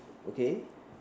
okay